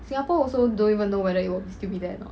singapore also don't even know whether it will still be there a not